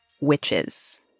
Witches